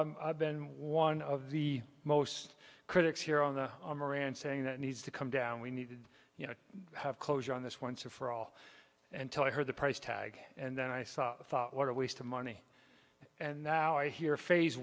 i've been one of the most critics here on the saying that needs to come down we need you know have closure on this once and for all until i heard the price tag and then i saw thought what a waste of money and now i hear phase